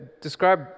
describe